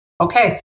okay